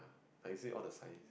like you see all the science